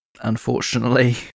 unfortunately